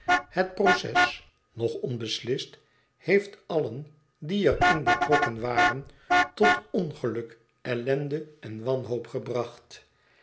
het proces nog onbeslist heeft allen die er in betrokken waren tot ongeluk ellende en wanhoop gebracht